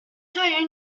对于